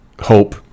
hope